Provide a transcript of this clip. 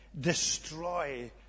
destroy